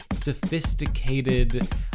sophisticated